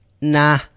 nah